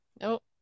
Nope